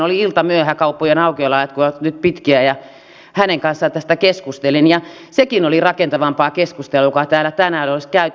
oli iltamyöhä kauppojen aukioloajat kun ovat nyt pitkiä ja hänen kanssaan tästä keskustelin ja sekin oli rakentavampaa keskustelua kuin se joka täällä tänään on käyty